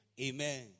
Amen